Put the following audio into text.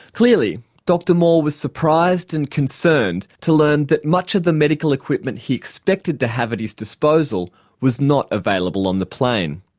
clearly dr moore was surprised and concerned to learn that much of the medical equipment he expected to have at his disposal was not available on the plane.